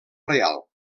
reial